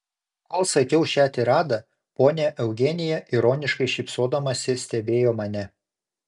kol sakiau šią tiradą ponia eugenija ironiškai šypsodamasi stebėjo mane